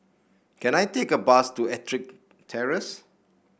can I take a bus to EttricK Terrace